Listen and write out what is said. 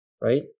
right